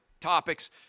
topics